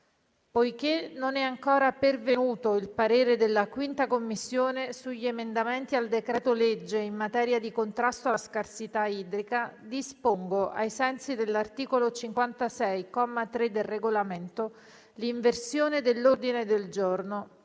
Poiché non è ancora pervenuto il parere della 5a Commissione sugli emendamenti al decreto-legge in materia di contrasto alla scarsità idrica, dispongo, ai sensi dell'articolo 56, comma 3, del Regolamento, l'inversione dell'ordine del giorno